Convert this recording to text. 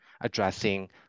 addressing